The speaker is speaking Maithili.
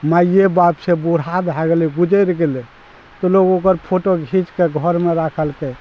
माइए बाप छै बूढ़ा भए गेलै गुजरि गेलै तऽ लोग ओकर फोटो घीच कऽ घरमे राखलकै